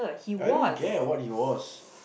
I don't care what he was